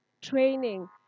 training